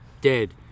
dead